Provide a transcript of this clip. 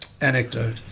anecdote